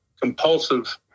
compulsive